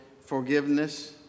forgiveness